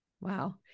wow